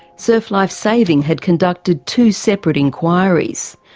surf life saving had conducted two separate inquiries.